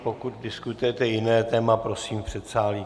Pokud diskutujete jiné téma, prosím v předsálí.